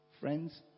Friends